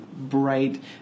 bright